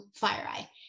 FireEye